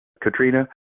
Katrina